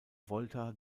volta